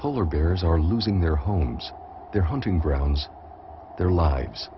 polar bears are losing their homes their hunting grounds their lives